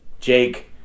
Jake